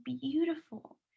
beautiful